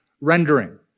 rendering